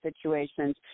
situations